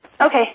Okay